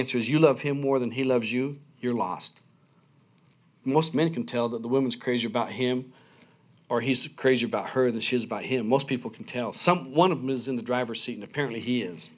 answer is you love him more than he loves you you're lost most men can tell that the woman is crazy about him or he's a crazy about her than she is about him most people can tell some one of them is in the driver seat in apparently he